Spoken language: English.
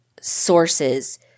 sources